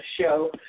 show